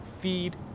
Feed